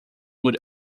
would